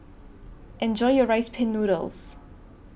Enjoy your Rice Pin Noodles